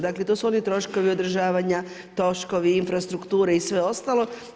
Dakle, to su oni troškovi održavanja, troškovi infrastrukture i sve ostalo.